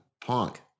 Punk